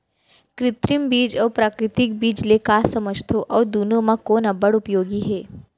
कृत्रिम बीज अऊ प्राकृतिक बीज ले का समझथो अऊ दुनो म कोन अब्बड़ उपयोगी हे?